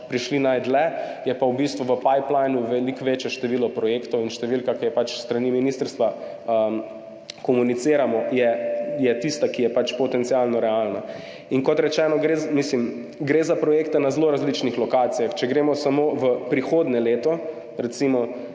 prišli najdlje. Je pa v bistvu v pay planu veliko večje število projektov in številka, ki jo pač s strani ministrstva komuniciramo, je tista, ki je pač potencialno realna. Kot rečeno, mislim, da gre za projekte na zelo različnih lokacijah. Če gremo samo v prihodnje leto, recimo,